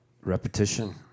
repetition